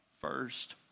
first